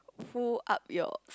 pull up your